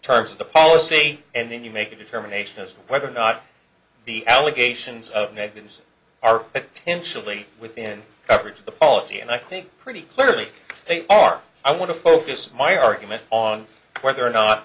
terms of the policy and then you make a determination as to whether or not the allegations of negatives are ten shillings within coverage of the policy and i think pretty clearly they are i want to focus my argument on whether or